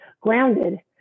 grounded